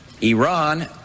Iran